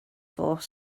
force